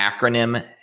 acronym